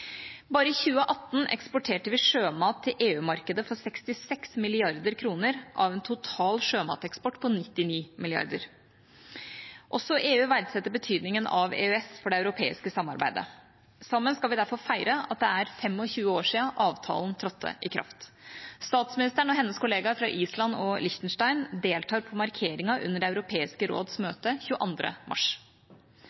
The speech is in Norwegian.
Bare i 2018 eksporterte vi sjømat til EU-markedet for 66 mrd. kr, av en total sjømateksport på 99 mrd. kr. Også EU verdsetter betydningen av EØS for det europeiske samarbeidet. Sammen skal vi derfor feire at det er 25 år siden avtalen trådte i kraft. Statsministeren og hennes kolleger fra Island og Liechtenstein deltar på markeringen under Det europeiske råds